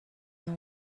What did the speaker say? know